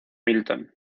milton